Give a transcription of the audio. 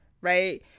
Right